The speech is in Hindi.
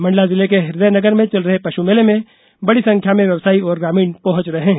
मंडला जिले के हृदय नगर में चल रहे पशु मेले में बड़ी संख्या में व्यवसायी और ग्रामीण पहुंच रहे हैं